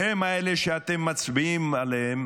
ההם האלה שאתם מצביעים עליהם